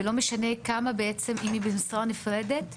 ולא משנה אם היא במשרה נפרדת,